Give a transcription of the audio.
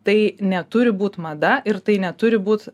tai neturi būt mada ir tai neturi būt